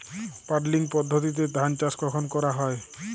Puddling পদ্ধতিতে ধান চাষ কখন করা হয়?